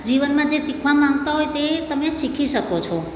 જીવનમાં જે શીખવા માંગતા હો એ તમે શીખી શકો છો